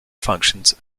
functions